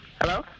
Hello